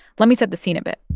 let me set the scene a bit.